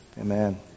Amen